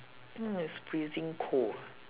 mm it's freezing cold